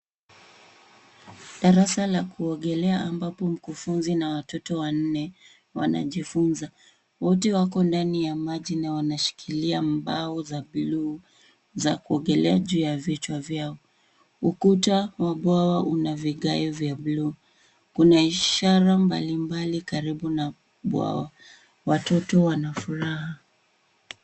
Darasa la kuogelea ambapo mkufunzi na watoto wanne, wanajifunza. Wote wako ndani ya maji na wanashikilia mbao za bluu, za kuogelea juu ya vichwa vyao. Ukuta wa bwawa una vigae vya bluu. Kuna ishara mbalimbali karibu na bwawa. Watoto wana furaha.